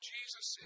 Jesus